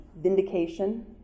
vindication